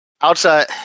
Outside